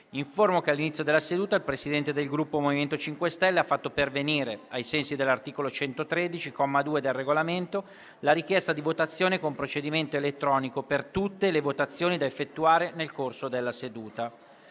che all'inizio della seduta il Presidente del Gruppo MoVimento 5 Stelle ha fatto pervenire, ai sensi dell'articolo 113, comma 2, del Regolamento, la richiesta di votazione con procedimento elettronico per tutte le votazioni da effettuare nel corso della seduta.